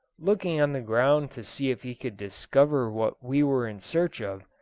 looking on the ground to see if he could discover what we were in search of,